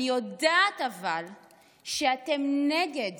אבל אני יודעת שאתם נגד